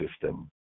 system